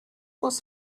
was